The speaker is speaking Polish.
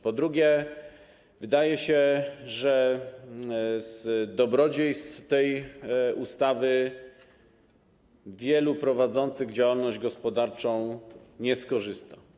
Po drugie, wydaje się, że z dobrodziejstw tej ustawy wielu prowadzących działalność gospodarczą nie skorzysta.